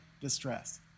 distress